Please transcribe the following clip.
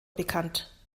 bekannt